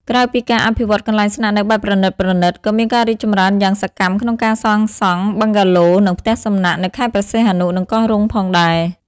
ក្រៅពីការអភិវឌ្ឍន៍កន្លែងស្នាក់នៅបែបប្រណីតៗ ក៏មានការរីកចម្រើនយ៉ាងសកម្មក្នុងការសាងសង់ បឹងហ្គាឡូ និង ផ្ទះសំណាក់ នៅខេត្តព្រះសីហនុ និងកោះរ៉ុងផងដែរ។